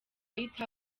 white